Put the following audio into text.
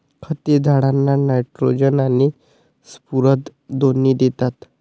खते झाडांना नायट्रोजन आणि स्फुरद दोन्ही देतात